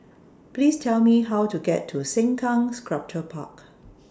Please Tell Me How to get to Sengkang Sculpture Park